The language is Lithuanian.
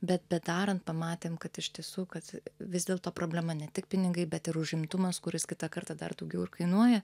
bet bedarant pamatėm kad iš tiesų kad vis dėlto problema ne tik pinigai bet ir užimtumas kuris kitą kartą dar daugiau ir kainuoja